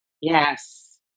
Yes